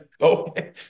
okay